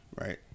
right